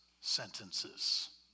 sentences